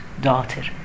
daughter